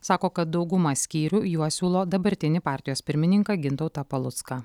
sako kad dauguma skyrių juo siūlo dabartinį partijos pirmininką gintautą palucką